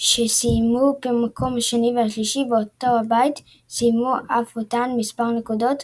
שסיימו במקומות השני והשלישי באותו הבית סיימו עם אותן מספר נקודות,